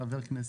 חבר כנסת.